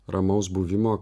ramaus buvimo